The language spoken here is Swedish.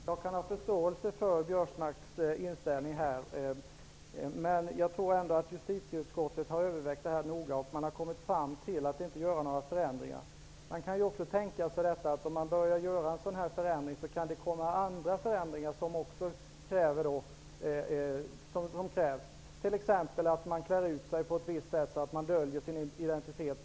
Fru talman! Jag kan ha förståelse för Karl-Göran Biörsmarks inställning. Justitieutskottet har dock övervägt frågan noga. Man har kommit fram till att man inte skall vidta några förändringar. Om man börjar genomföra en sådan här förändring kanske man kommer att få genomföra nya förändringar. Det kan t.ex. bli så att människor klär ut sig på ett visst sätt och därigenom döljer sin identitet.